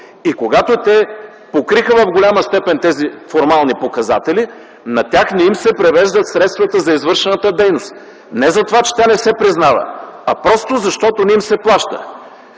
Когато те покриха в голяма степен тези формални показатели, на тях не им се превеждат средствата за извършената дейност, не затова че тя не се признава, а просто защото не им се плаща